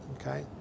okay